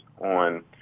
on